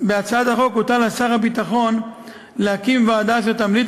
בהצעת החוק הוטל על שר הביטחון להקים ועדה שתמליץ